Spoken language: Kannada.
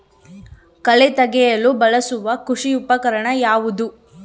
ಕಳೆ ತೆಗೆಯಲು ಬಳಸುವ ಕೃಷಿ ಉಪಕರಣ ಯಾವುದು?